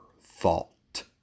fault